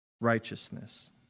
righteousness